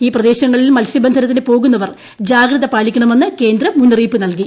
ഈ പ്രദേശങ്ങളിൽ മൽസ്യബന്ധനത്തിനു പോകുന്നവർ ജാഗ്രത പാലിക്കണമെന്ന് കേന്ദ്രം മുന്നറിയിപ്പ് നൽകി